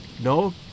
No